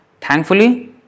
Thankfully